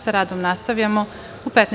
Sa radom nastavljamo u 15.